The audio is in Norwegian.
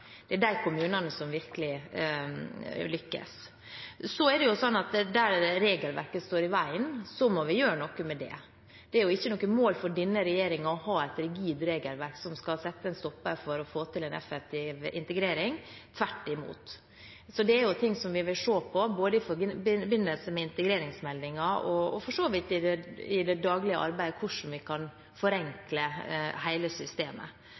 det er de kommunene som virkelig lykkes. Så er det sånn at der regelverket står i veien, må vi gjøre noe med det. Det er ikke noe mål for denne regjeringen å ha et rigid regelverk som skal sette en stopper for å få til en effektiv integrering – tvert imot. Så dette er ting vi vil se på i forbindelse med integreringsmeldingen og for så vidt i det daglige arbeidet, for å se hvordan vi kan forenkle hele systemet.